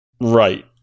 Right